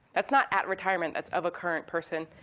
that's not at retirement, that's of a current person.